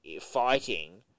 fighting